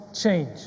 change